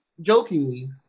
jokingly